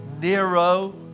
Nero